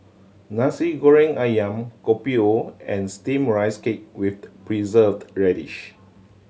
Nasi Goreng Ayam Kopi O and Steamed Rice Cake with Preserved Radish